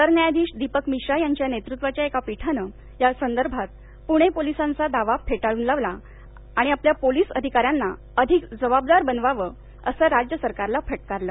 sir न्यायाधीश दीपक मिश्रा यांच्या नेतृत्वाच्या एका पीठान या सदर्भात पूणे पोलिसांचा दावा फेटाळून लावला आणि आपल्या पोलीस अधिकार्यांना अधिक जबाबदार बनवावं असं राज्य सरकारला फटकारलं